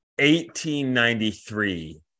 1893